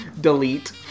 Delete